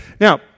Now